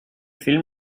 film